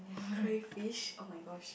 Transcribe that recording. crayfish oh-my-gosh